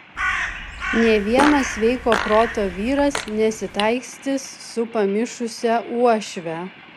nė vienas sveiko proto vyras nesitaikstys su pamišusia uošve